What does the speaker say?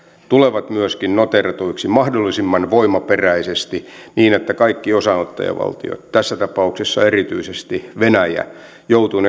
tulevat myöskin noteeratuiksi mahdollisimman voimaperäisesti niin että kaikki osanottajavaltiot tässä tapauksessa erityisesti venäjä joutuvat